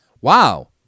Wow